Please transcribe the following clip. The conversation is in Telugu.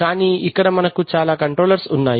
కానీ ఇక్కడ మనకు చాలా కంట్రోలర్స్ ఉన్నాయి